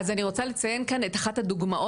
אז אני רוצה לציין כאן את אחת הדוגמאות